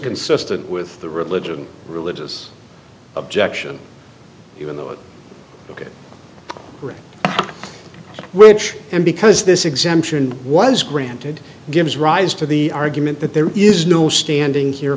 consistent with the religion religious objection even though it ok right which and because this exemption was granted gives rise to the argument that there is no standing here